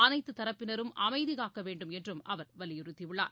அனைத்து தரப்பினரும் அமைதி காக்கவேண்டும் என்றும் அவர் வலியுறுத்தி உள்ளார்